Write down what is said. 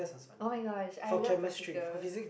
oh-my-god I love practical